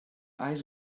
eyes